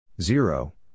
Zero